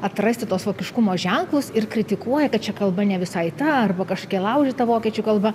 atrasti tuos vokiškumo ženklus ir kritikuoja kad čia kalba ne visai ta arba kažkokia laužyta vokiečių kalba